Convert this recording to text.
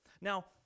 Now